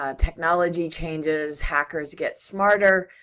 ah technology changes, hackers get smarter,